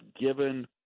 given